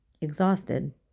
Exhausted